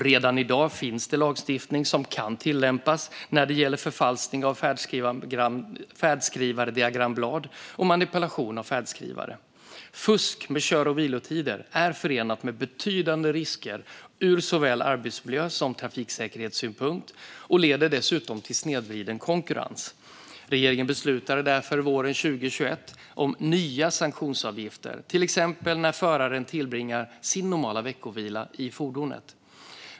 Redan i dag finns det lagstiftning som kan tillämpas när det gäller förfalskning av färdskrivardiagramblad och manipulation av färdskrivare. Fusk med kör och vilotider är förenat med betydande risker ur såväl arbetsmiljö som trafiksäkerhetssynpunkt och leder dessutom till snedvriden konkurrens. Regeringen beslutade därför våren 2021 om nya sanktionsavgifter till exempel när föraren tillbringar sin normala veckovila i fordonet.